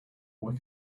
why